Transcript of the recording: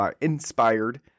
inspired